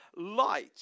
light